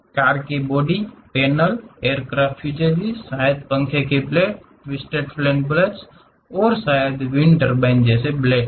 car के body panel aircraft fuselages शायद पंखे के ब्लेड्स ट्विस्टेड फैन ब्लेड्स और शायद विंड टर्बाइन ब्लेड्स